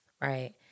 right